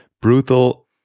brutal